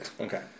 Okay